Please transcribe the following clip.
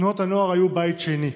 תנועות הנוער היו בית שני,